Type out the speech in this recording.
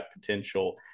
potential